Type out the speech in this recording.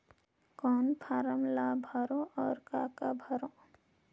कौन फारम ला भरो और काका भरो?